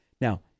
Now